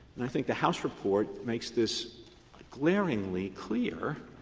and i think the house report makes this glaringly clear,